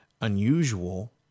unusual